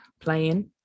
playing